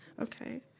okay